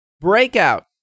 breakout